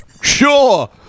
Sure